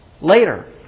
later